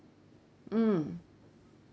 mm